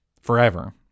forever